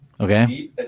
Okay